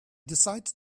decided